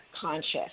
conscious